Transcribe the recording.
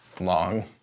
Long